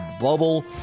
bubble